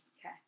Okay